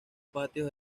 patios